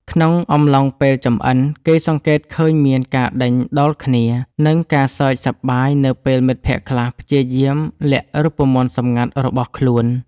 ក្នុងអំឡុងពេលចម្អិន គេសង្កេតឃើញមានការដេញដោលគ្នា និងការសើចសប្បាយនៅពេលមិត្តភក្តិខ្លះព្យាយាមលាក់រូបមន្តសម្ងាត់របស់ខ្លួន។